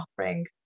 offering